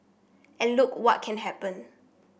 and look what can happen